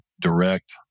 direct